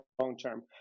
long-term